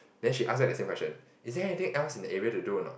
then she ask us the same question is there anything else in the area to do or not